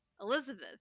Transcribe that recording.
Elizabeth